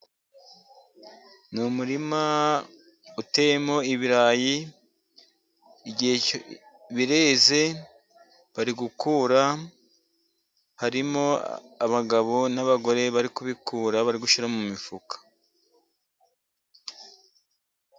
Ni umurima uteyemo ibirayi, bireze. Bari gukura, harimo abagabo n'abagore bari kubikura bari gushyira mu mifuka.